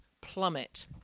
plummet